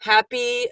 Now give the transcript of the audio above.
Happy